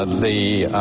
the